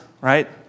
right